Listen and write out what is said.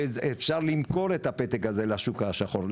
אפשר למכור את הפתק הזה לשוק השחור.